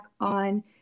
on